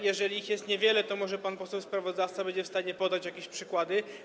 Jeżeli ich jest niewiele, to może pan poseł sprawozdawca będzie w stanie podać jakieś przykłady.